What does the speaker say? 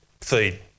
feed